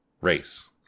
race